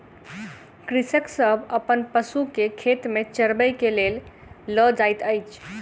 कृषक सभ अपन पशु के खेत में चरबै के लेल लअ जाइत अछि